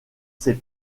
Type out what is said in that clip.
ses